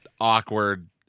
awkward